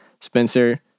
spencer